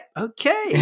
Okay